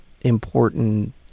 important